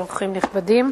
אורחים נכבדים,